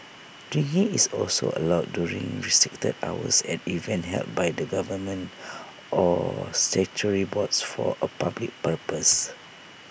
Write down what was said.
drinking is also allowed during restricted hours at events held by the government or statutory boards for A public purpose